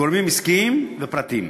גורמים עסקיים ופרטיים.